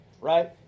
Right